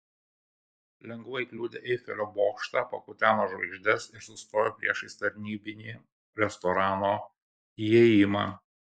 lengvai kliudė eifelio bokštą pakuteno žvaigždes ir sustojo priešais tarnybinį restorano įėjimą